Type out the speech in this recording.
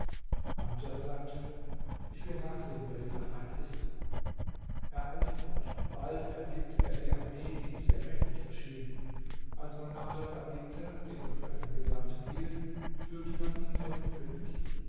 amdjad sagte ich will nachsehen wer dieser feind ist er eilte fort bald erblickte er die armee die ihm sehr mächtig erschien als man amdjad erblickte den man für einen gesandten hielt führte man ihn vor den könig